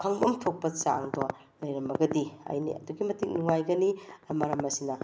ꯈꯪꯐꯝ ꯊꯣꯛꯄ ꯆꯥꯡꯗꯣ ꯂꯩꯔꯝꯃꯒꯗꯤ ꯑꯩꯅ ꯑꯗꯨꯛꯀꯤ ꯃꯇꯤꯛ ꯅꯨꯉꯥꯏꯒꯅꯤ ꯃꯔꯝ ꯑꯁꯤꯅ